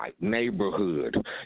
Neighborhood